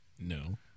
No